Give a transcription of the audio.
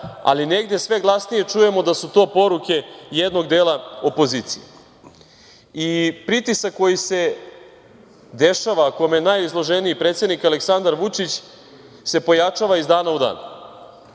ali negde sve glasnije čujemo da su to poruke jednog dela opozicije. Pritisak koji se dešava i kome je najizloženiji predsednik Aleksandar Vučić se pojačava iz dana u dan.